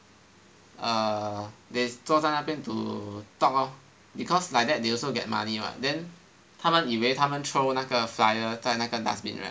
err they 坐在那边 to talk lor because like that they also get money [what] then 他们以为他们 throw 那个 flyer 在那个 dustbin right